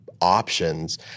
options